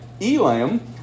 Elam